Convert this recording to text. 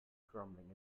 crumbling